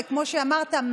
וכמו שאמרת,